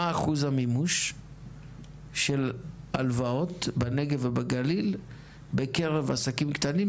מה אחוז המימוש של הלוואות בנגב ובגליל בקרב עסקים קטנים,